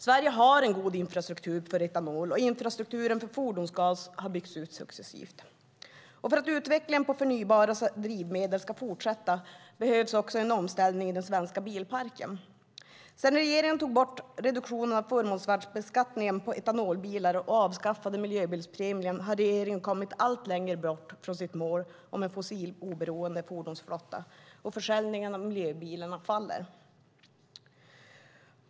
Sverige har en god infrastruktur för etanol, och infrastrukturen för fordonsgas har byggts ut successivt. För att utvecklingen på förnybara drivmedel ska fortsätta behövs också en omställning i den svenska bilparken. Sedan regeringen tog bort reduktionen av förmånsvärdesbeskattningen på etanolbilar och avskaffade miljöbilspremien har regeringen kommit allt längre bort från sitt mål om en fossiloberoende fordonsflotta, och försäljningen av miljöbilar faller.